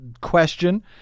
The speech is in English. question